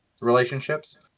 relationships